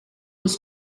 was